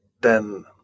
den